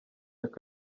ako